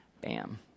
Bam